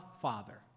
father